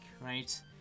right